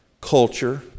culture